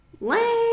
Lame